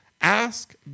Ask